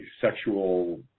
sexual